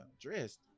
dressed